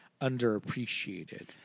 underappreciated